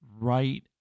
right